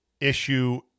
issue